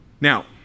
Now